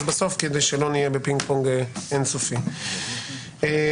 שההתעלמות, א',